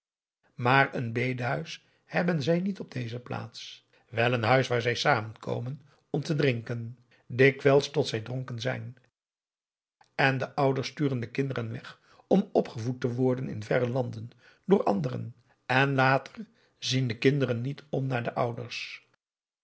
maar een bedehuis hebben zij niet op deze plaats wèl een huis waar zij samenkomen om te drinken dikwijls tot zij dronken zijn en de ouders sturen de kinderen weg om opgevoed te worden in verre landen door anderen en later zien de kinderen niet om naar de ouders